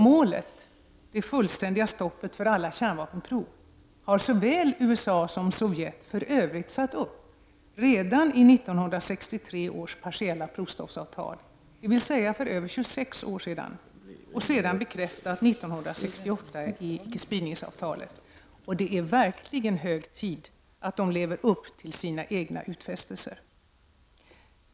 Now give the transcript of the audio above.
Målet — det fullständiga stoppet för alla kärnvapenprov — har såväl USA som Sovjetunionen för övrigt satt upp redan i 1963 års partiella provstoppsavtal, dvs. för över 26 år sedan, och sedan bekräftat 1968 i icke-spridningsavtalet. Det är verkligen hög tid att de lever upp till sina egna utfästelser.